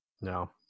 No